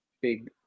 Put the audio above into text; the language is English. big